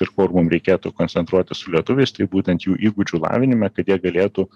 ir kur mum reikėtų koncentruotis su lietuviais tai būtent jų įgūdžių lavinime kad jie galėtų